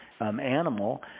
animal